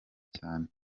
cyane